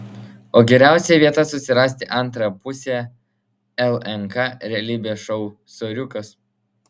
o geriausia vieta susirasti antrąją pusę lnk realybės šou soriukas